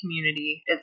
community